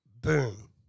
boom